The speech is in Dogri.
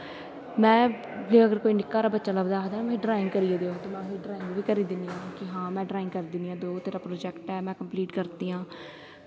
में जे अगर कोई निक्का हारा बच्चा लभदा अगर आखदा ना मीं ड्राईंग करियै देओ में उसी ड्राईंग बी करी दिन्नी आं कि हां में ड्राईंग करी दिन्नी आं जो तेरा प्रोजैक्ट ऐ में कंपलीट करदी आं